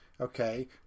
okay